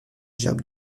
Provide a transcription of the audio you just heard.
gerbe